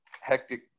hectic